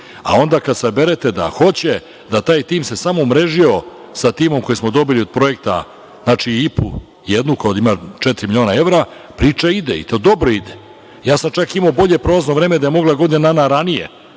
A onda kada saberete da hoće, da se taj tim samo umrežio sa timom koji smo dobili od projekta IPU, jednu koja ima četiri miliona evra, priča ide, i to dobro ide. Ja sam čak imao bolje prolazno vreme da je mogla godinu dana ranije,